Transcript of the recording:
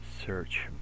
search